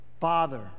Father